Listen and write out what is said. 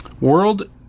world